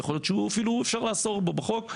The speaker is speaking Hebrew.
יכול להיות שהוא אפילו אפשר לעסוק בו בחוק.